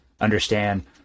understand